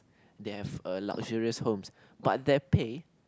they have a luxurious home but their pay